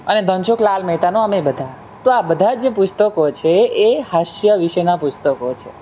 અને ધનસુખ લાલ મહેતાનું અમે બધા તો આ બધાંય જે પુસ્તકો છે એ હાસ્ય વિશેના પુસ્તકો છે